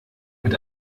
mit